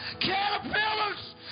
caterpillars